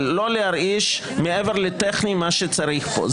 אבל לא להרעיש מעבר לטכני מה שצריך פה.